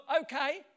okay